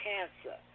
Cancer